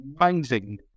amazing